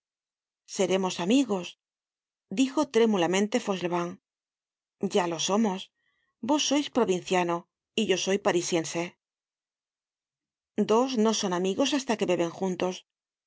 seremos amigos dijo trémulamente fauchelevent ya lo somos vos sois provinciano y yo soy parisiense dos no son amigos hasta que beben juntos